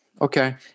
Okay